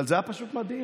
אבל זה היה פשוט מדהים.